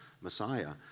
Messiah